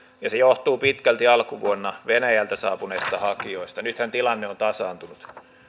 ja se johtuu pitkälti alkuvuonna venäjältä saapuneista hakijoista nythän tilanne on tasaantunut